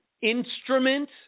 instrument